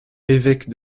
évêque